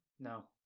No